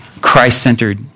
Christ-centered